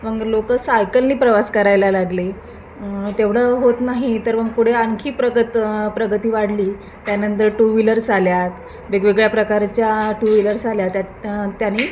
मग लोक सायकलने प्रवास करायला लागले तेवढं होत नाही तर मग पुढे आणखी प्रगत प्रगती वाढली त्यानंतर टू वीलर्स आल्या आहेत वेगवेगळ्या प्रकारच्या टू व्हीलर्स आल्या त्यात त्यांनी